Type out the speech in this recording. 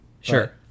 Sure